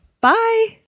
Bye